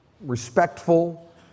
respectful